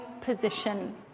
position